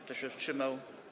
Kto się wstrzymał?